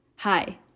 Hi